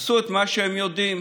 עשו את מה שהם יודעים: